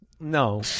No